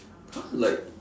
!huh! like